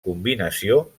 combinació